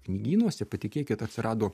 knygynuose patikėkit atsirado